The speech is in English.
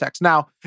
Now